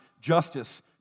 justice